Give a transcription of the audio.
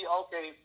okay